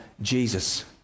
Jesus